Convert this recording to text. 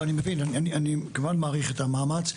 אני מבין, אני מאוד מעריך את המאמץ.